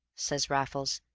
says raffles.